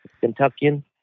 Kentuckian